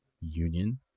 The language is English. union